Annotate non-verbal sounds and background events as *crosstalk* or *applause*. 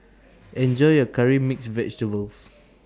Enjoy *noise* your Curry Mixed Vegetables *noise*